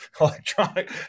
electronic